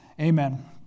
Amen